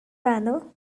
banner